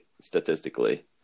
statistically